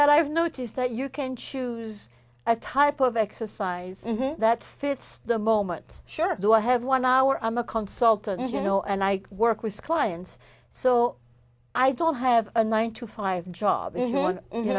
that i've noticed that you can choose a type of exercise that fits the moment sure do i have one hour i'm a consultant you know and i work with clients so i don't have a nine to five job you